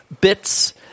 bits